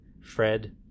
Fred